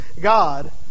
God